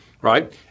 right